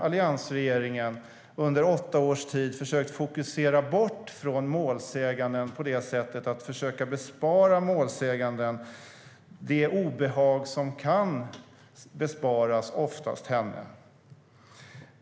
Alliansregeringen har under åtta års tid försökt fokusera bort från målsäganden för att försöka bespara målsäganden det obehag som kan besparas oftast henne.